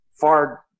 far